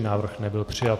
Návrh nebyl přijat.